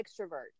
extrovert